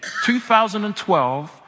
2012